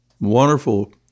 wonderful